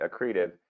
accretive